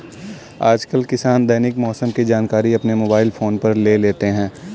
आजकल किसान दैनिक मौसम की जानकारी अपने मोबाइल फोन पर ले लेते हैं